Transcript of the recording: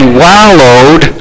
wallowed